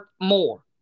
more